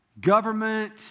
government